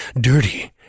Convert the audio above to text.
dirty